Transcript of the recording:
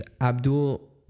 Abdul